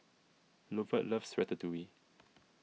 Lovett loves Ratatouille